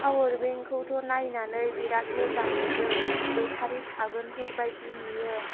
power बेंकखौथ' नायनानै बिराद मोजां नुयो बेटारि थागोनफोर बायदि नुयो